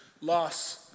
loss